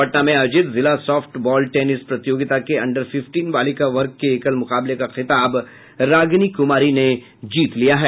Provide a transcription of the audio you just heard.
पटना में आयोजित जिला साफ्ट बॉल टेनिस प्रतियोगिता के अंडर फिफटीन बालिका वर्ग के एकल मुकाबले का खिताब रागिनी कुमारी ने जीत लिया है